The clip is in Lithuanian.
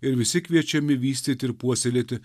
ir visi kviečiami vystyti ir puoselėti